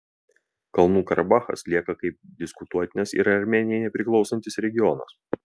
kalnų karabachas lieka kaip diskutuotinas ir armėnijai nepriklausantis regionas